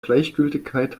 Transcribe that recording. gleichgültigkeit